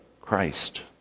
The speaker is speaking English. Christ